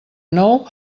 nou